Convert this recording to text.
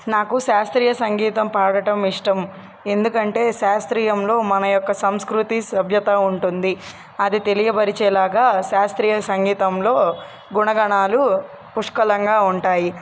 నాకు శాస్త్రీయ సంగీతం పాడటం ఇష్టం ఎందుకంటే శాస్త్రీయంలో మన యొక్క సంస్కృతి సభ్యత ఉంటుంది అది తెలియపరిచేలాగ శాస్త్రీయ సంగీతంలో గుణగణాలు పుష్కలంగా ఉంటాయి